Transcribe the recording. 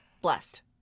Blessed